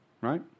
Right